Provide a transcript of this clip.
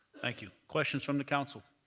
thank you. questions from the council.